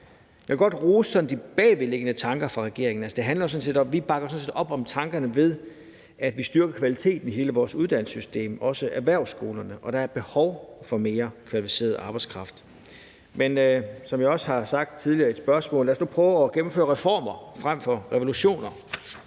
Jeg vil godt rose sådan de bagvedliggende tanker fra regeringen. Vi bakker sådan set op om tankerne bag, at vi styrker kvaliteten i hele vores uddannelsessystem og også erhvervsskolerne, og der er behov for mere kvalificeret arbejdskraft. Men som jeg også har sagt tidligere i et spørgsmål, så lad os nu prøve at gennemføre reformer frem for revolutioner,